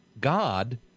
God